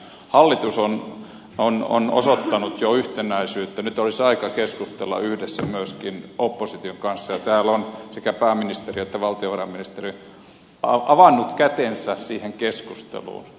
hallitus on osoittanut jo yhtenäisyyttä nyt olisi aika keskustella yhdessä myöskin opposition kanssa ja täällä on sekä pääministeri että valtiovarainministeri avannut kätensä siihen keskusteluun